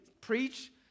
preach